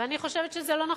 ואני חושבת שזה לא נכון.